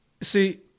See